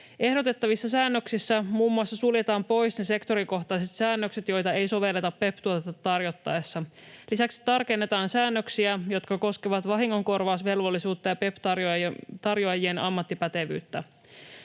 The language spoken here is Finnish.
Ehdotettavissa säännöksissä muun muassa suljetaan pois ne sektorikohtaiset säännökset, joita ei sovelleta PEPP-tuotetta tarjottaessa. Lisäksi tarkennetaan säännöksiä, jotka koskevat vahingonkorvausvelvollisuutta ja PEPP-tarjoajien ammattipätevyyttä.